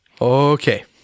Okay